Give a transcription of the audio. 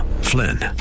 Flynn